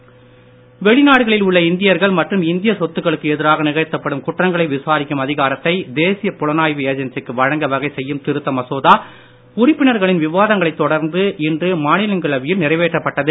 அதிகாரம் வெளிநாடுகளில் உள்ள இந்தியர்கள் மற்றும் இந்திய சொத்துக்களுக்கு எதிராக நிகழ்த்தப்படும் குற்றங்களை விசாரிக்கும் அதிகாரத்தை தேசிய புலனாய்வு ஏஜென்சிக்கு வழங்க வகை செய்யும் திருத்த மசோதா உறுப்பினர்களின் விவாதங்களைத் தொடர்ந்து இன்று மாநிலங்களவையில் நிறைவேற்றப்பட்டது